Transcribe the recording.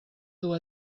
dur